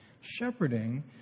Shepherding